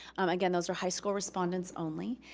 again, those are high school respondents only.